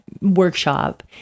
workshop